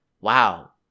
wow